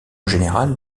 général